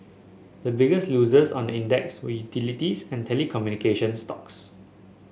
the biggest losers on the index were utilities and telecommunication stocks